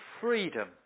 freedom